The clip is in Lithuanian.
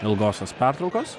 ilgosios pertraukos